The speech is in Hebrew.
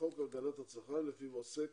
לחוק הגנת הצרכן לפיו עוסק